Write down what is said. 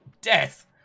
death